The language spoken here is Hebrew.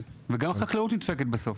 חקלאות נדפקת בסוף,